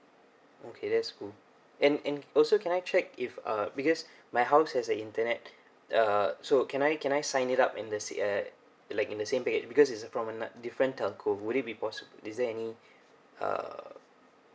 okay that's cool and and also can I check if uh because my house has a internet uh so can I can I sign it up in the sa~ uh like in the same package because is a promenade different telco would it be possi~ is that any uh